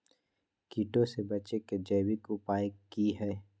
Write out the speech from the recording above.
कीटों से बचे के जैविक उपाय की हैय?